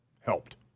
helped